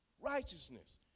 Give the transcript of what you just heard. Righteousness